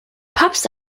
pups